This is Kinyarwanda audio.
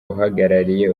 uhagarariye